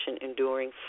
Enduring